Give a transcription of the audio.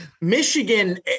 Michigan